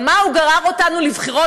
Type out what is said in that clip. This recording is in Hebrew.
על מה הוא גרר אותנו לבחירות,